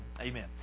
amen